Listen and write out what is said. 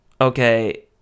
okay